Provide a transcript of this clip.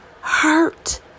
hurt